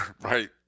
Right